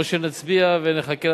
או שנצביע ונחכה.